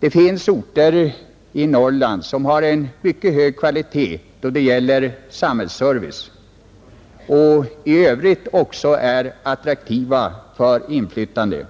Det finns orter i Norrland som har en hög kvalitet på sin samhällsservice och som i övrigt är attraktiva för en inflyttande.